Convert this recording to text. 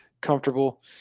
comfortable